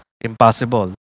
impossible